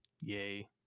yay